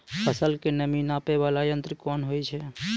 फसल के नमी नापैय वाला यंत्र कोन होय छै